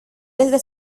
desde